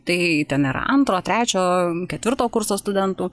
tai ten yra antro trečio ketvirto kurso studentų